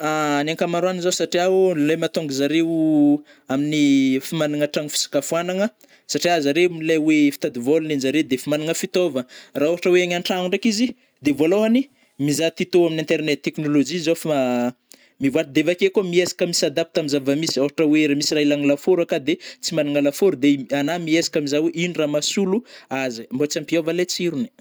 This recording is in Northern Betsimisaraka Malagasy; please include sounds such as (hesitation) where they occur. (hesitation) Ny ankamaroany zao satria o (hesitation) lai mahatonga zareo (hesitation) amin'ny efa managna trano fisakafoanagna satria zare lai oe fitady vôla lai anjare defa managna fitaovana ra ôhatra oe egny antrgno ndraiky izy, de vôlôhany mizaha tuto amin'ny internet teknolojia zao fa (hesitation) mivoatra de avakeo koa miezaka mi s'adapte amin'ny zava misy ôhatra oe ra misy ra ilagna lafôro aka de tsy managna lafôro de anao miezaka mizah oe ino rah mahasolo azy ai, mbô tsy ampiôva le tsirony.